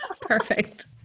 Perfect